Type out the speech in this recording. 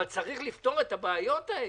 אבל צריך לפתור את הבעיות האלה.